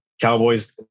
Cowboys